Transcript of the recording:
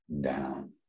down